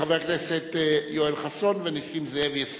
חבר הכנסת יואל חסון, ונסים זאב יסיים.